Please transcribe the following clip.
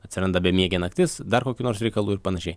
atsiranda bemiegė naktis dar kokių nors reikalų ir panašiai